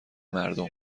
مردم